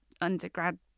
undergrad